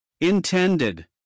intended